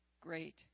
great